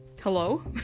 hello